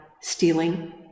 stealing